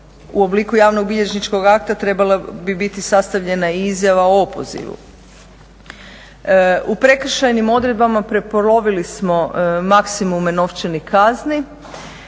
U obliku javnobilježničkog akta trebala bi biti sastavljena i izjava o opozivu. U prekršajnim odredbama prepolovili smo maksimume novčanih kazni.